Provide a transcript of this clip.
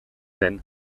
den